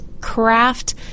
craft